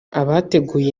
abateguye